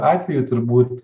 atvejų turbūt